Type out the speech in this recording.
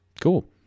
Cool